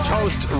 Toast